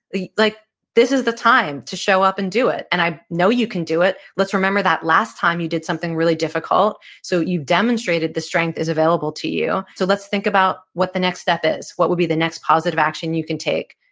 like this is the time to show up and do it and i know you can do it. let's remember that last time you did something really difficult so you've demonstrated the strength is available to you. so let's think about what the next step is. what would be the next positive action you can take.